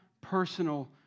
personal